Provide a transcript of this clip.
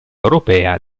europea